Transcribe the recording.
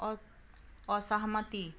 असहमति